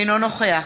אינו נוכח